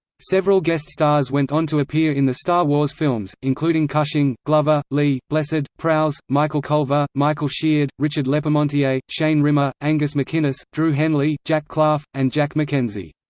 several guest stars went on to appear in the star wars films, including cushing, glover, lee, blessed, prowse, michael culver, michael sheard, richard leparmentier, shane rimmer, angus macinnes, drew henley, jack klaff, and jack mckenzie.